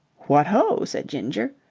what ho! said ginger,